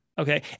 Okay